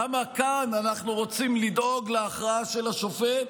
למה כאן אנחנו רוצים לדאוג להכרעה של השופט,